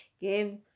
give